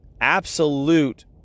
absolute